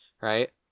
right